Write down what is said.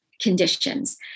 conditions